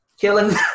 killing